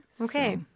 Okay